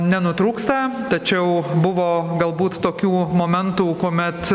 nenutrūksta tačiau buvo galbūt tokių momentų kuomet